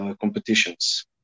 competitions